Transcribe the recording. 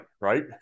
right